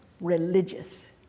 religious